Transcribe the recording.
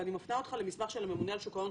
ואני מפנה אותך למסמך של הממונה על שוק ההון,